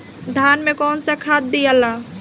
धान मे कौन सा खाद दियाला?